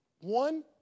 one